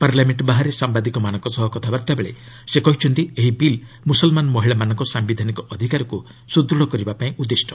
parliament ବାହାରେ ସାମ୍ଭାଦିକମାନଙ୍କ ସହ କଥାବର୍ତ୍ତାବେଳେ ସେ କହିଛନ୍ତି ଏହି ବିଲ୍ ମୁସଲମାନ ମହିଳାମାନଙ୍କ ସାୟିଧାନିକ ଅଧିକାରକୁ ସୁଦୃତ୍ କରିବାଲାଗି ଉଦ୍ଦିଷ୍ଟ